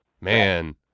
man